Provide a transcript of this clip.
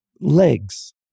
legs